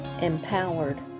Empowered